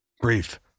Brief